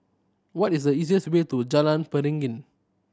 what is the easiest way to Jalan Beringin